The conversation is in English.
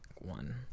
one